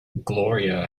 gloria